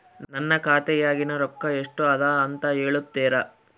ನನ್ನ ಖಾತೆಯಾಗಿನ ರೊಕ್ಕ ಎಷ್ಟು ಅದಾ ಅಂತಾ ಹೇಳುತ್ತೇರಾ?